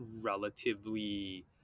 relatively